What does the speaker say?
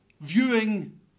Viewing